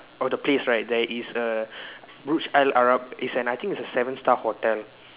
of the place right there is a Burj Al Arab is an I think is a seven star hotel